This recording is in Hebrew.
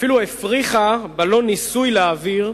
אפילו הפריחה בלון ניסוי לאוויר,